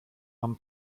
mam